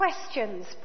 questions